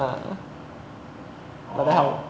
uh like that how